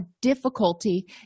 difficulty